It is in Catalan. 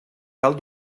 cal